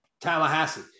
Tallahassee